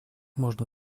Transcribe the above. можно